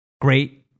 great